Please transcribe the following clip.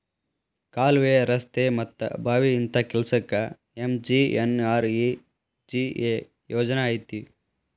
ಕಾಲ್ವೆ, ರಸ್ತೆ ಮತ್ತ ಬಾವಿ ಇಂತ ಕೆಲ್ಸಕ್ಕ ಎಂ.ಜಿ.ಎನ್.ಆರ್.ಇ.ಜಿ.ಎ ಯೋಜನಾ ಐತಿ